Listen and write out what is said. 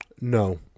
No